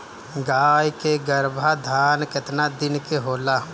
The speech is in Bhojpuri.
गाय के गरभाधान केतना दिन के होला?